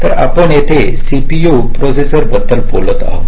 तर आपण येथे सीपीयू प्रोसेसर बद्दल बोलत आहोत